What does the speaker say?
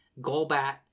Golbat